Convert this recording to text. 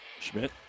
schmidt